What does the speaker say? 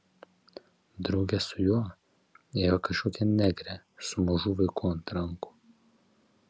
drauge su juo ėjo kažkokia negrė su mažu vaiku ant rankų